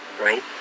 right